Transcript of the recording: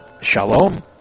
Shalom